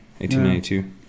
1892